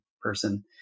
person